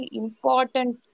important